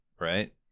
right